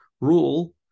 rule